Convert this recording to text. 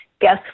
guess